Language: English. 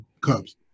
Cubs